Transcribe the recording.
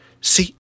See